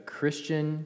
Christian